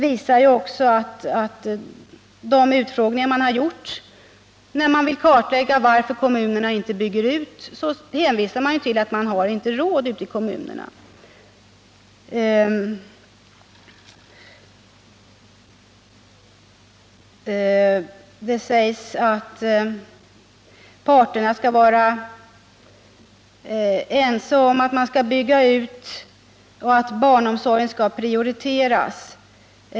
Vid de utfrågningar som gjorts för att kartlägga varför kommunerna inte bygger ut barnomsorgen har det uppgivits att man inte har råd. Det sägs i svaret att regeringen, Kommunförbundet och Landstingsförbundet har varit ense om en utbyggnad och att barnomsorgen skall prioriteras.